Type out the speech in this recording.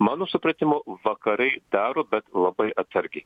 mano supratimu vakarai daro bet labai atsargiai